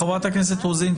חברת הכנסת רוזין,